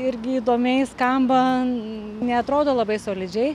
irgi įdomiai skamba neatrodo labai solidžiai